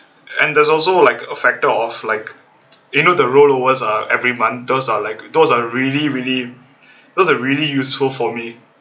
and there's also like a factor of like you know the roll overs are every month those are like those are really really those are really useful for me